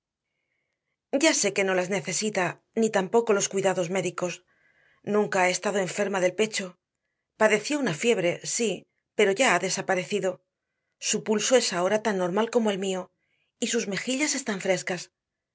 ya sé que no las necesita ni tampoco los cuidados médicos nunca ha estado enferma del pecho padeció una fiebre sí pero ya ha desaparecido su pulso es ahora tan normal como el mío y sus mejillas están frescas